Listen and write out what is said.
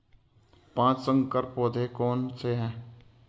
पाँच संकर पौधे कौन से हैं?